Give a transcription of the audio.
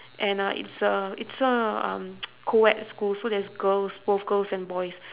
and uh it's a it's a um co-ed school so there is girls both girls and boys